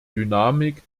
dynamik